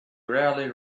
rarely